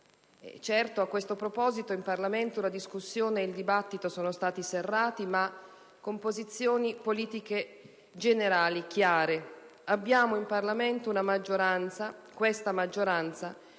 vita. A questo proposito in Parlamento la discussione e il dibattito sono stati serrati, ma con posizioni politiche generali chiare. Abbiamo in Parlamento una maggioranza - questa maggioranza